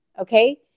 okay